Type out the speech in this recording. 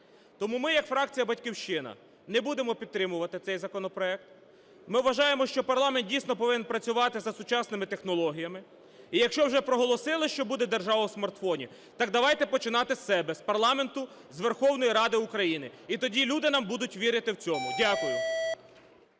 Тому ми як фракція "Батьківщина" не будемо підтримувати цей законопроект. Ми вважаємо, що парламент дійсно повинен працювати за сучасними технологіями. І якщо вже проголосили, що буде "держава у смартфоні", так давайте починати з себе: з парламенту, з Верховної Ради України. І тоді люди нам будуть вірити в цьому. Дякую.